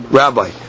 rabbi